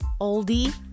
oldie